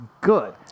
good